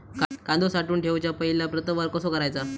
कांदो साठवून ठेवुच्या पहिला प्रतवार कसो करायचा?